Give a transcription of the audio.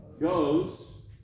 goes